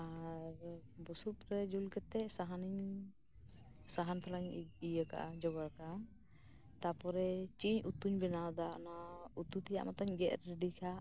ᱟᱨ ᱵᱩᱥᱩᱯ ᱨᱮ ᱡᱩᱞ ᱠᱟᱛᱮ ᱥᱟᱦᱟᱱᱤᱧ ᱥᱟᱦᱟᱱ ᱛᱷᱚᱲᱟᱧ ᱡᱚᱜᱟᱲ ᱠᱟᱜᱼᱟ ᱛᱟᱨᱯᱚᱨᱮ ᱪᱮᱫ ᱩᱛᱩᱧ ᱵᱮᱱᱟᱣ ᱫᱟ ᱚᱱᱟ ᱩᱛᱩ ᱛᱮᱭᱟᱜ ᱢᱟᱛᱚᱧ ᱜᱮᱫ ᱨᱮᱰᱤ ᱠᱟᱜ